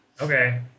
Okay